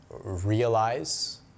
realize